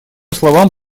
словам